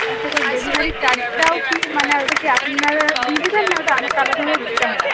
আচ্ছা তা ডেলিভারি চার্জটাও কি মানে ওটা কি আপনারা দিয়ে দিবেন না ওটা আমাকে আলাদাভাবে দিতে হবে